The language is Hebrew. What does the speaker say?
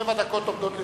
שבע דקות עומדות לרשותך.